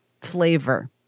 flavor